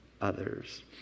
others